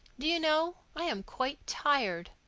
do you know, i am quite tired.